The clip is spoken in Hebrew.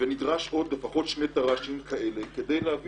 ונדרשים עוד לפחות שני תר"שים כאלה כדי להביא